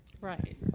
right